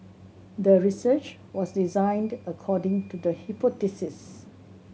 the research was designed according to the hypothesis